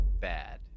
bad